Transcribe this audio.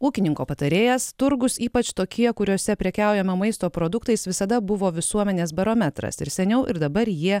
ūkininko patarėjas turgūs ypač tokie kuriuose prekiaujama maisto produktais visada buvo visuomenės barometras ir seniau ir dabar jie